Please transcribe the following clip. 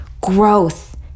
growth